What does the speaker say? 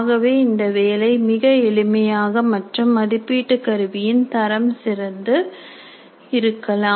ஆகவே இந்த வேலை மிக எளிமையாக மற்றும் மதிப்பீட்டு கருவியின் தரம் சிறந்து இருக்கலாம்